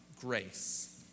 grace